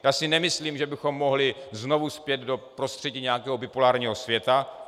Já si nemyslím, že bychom mohli znovu spět do prostředí nějakého bipolárního světa.